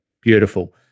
beautiful